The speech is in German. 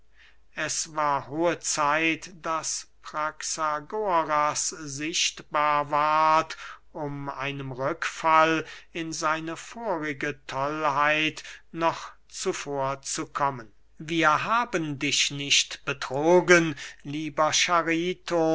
es war holte zeit daß praxagoras sichtbar ward um einem rückfall in seine vorige tollheit noch zuvorzukommen wir haben dich nicht betrogen lieber chariton